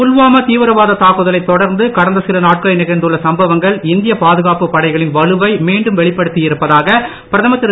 புல்வாமா தீவிரவாத தாக்குதலை தொடர்ந்து கடந்த சில நாட்களில் நிகழ்ந்துள்ள சம்பவங்கள் இந்தியப் பாதுகாப்பு படைகளின் வலுவை மீண்டும் வெளிப்படுத்தி இருப்பதாக பிரதமர் திரு